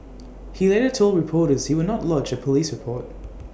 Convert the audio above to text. he later told reporters he would not lodge A Police report